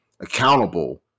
accountable